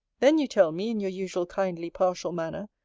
then you tell me, in your usual kindly-partial manner,